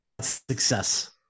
Success